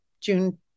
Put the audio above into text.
June